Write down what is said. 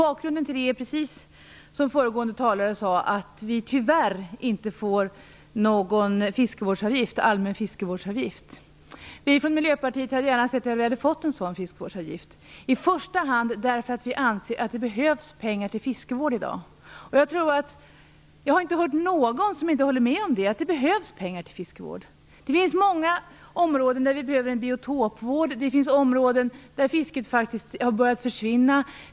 Bakgrunden till yttrandet är att det tyvärr inte blir någon allmän fiskevårdsavgift, vilket också föregående talare berörde. Vi i Miljöpartiet hade gärna sett att det blivit en sådan fiskevårdsavgift, i första hand därför att vi anser att de behövs pengar till fiskevård i dag. Jag har inte hört någon som inte håller med om att det behövs pengar till fiskevård. Det finns många områden där vi behöver en biotopvård och områden där fisket faktiskt har börjat försvinna.